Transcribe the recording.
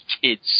kids